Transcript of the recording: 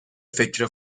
فکر